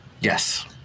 Yes